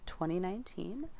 2019